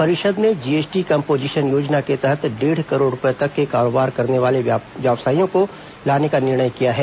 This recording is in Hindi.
परिषद ने जीएसटी कंपोजिशन योजना के तहत डेढ़ करोड़ रूपये तक के कारोबार करने वाले व्यवसायियों को लाने का निर्णय किया है